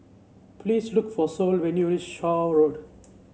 please look for Sol when you reach Shaw Road